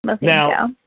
now